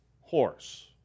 horse